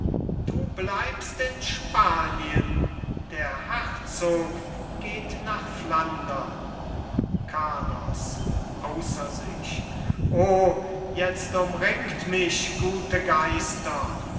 du bleibst in spanien der herzog geht nach flandern carlos außer sich o jetzt umringt mich gute geister